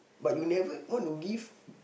but you never want to give